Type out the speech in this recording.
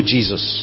Jesus